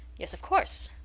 yes, of course,